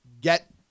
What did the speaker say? get